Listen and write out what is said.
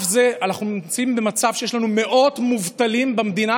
אנחנו נמצאים במצב שיש לנו מאות מובטלים במדינה,